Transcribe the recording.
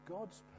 God's